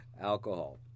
alcohol